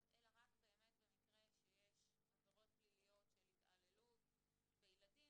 אלא רק באמת במקרה שיש עבירות פליליות של התעללות בילדים.